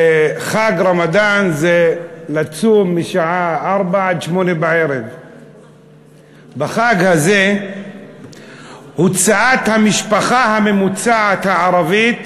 וחג רמדאן זה לצום משעה 04:00 עד 20:00. בחג הזה הוצאת המשפחה הממוצעת הערבית